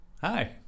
Hi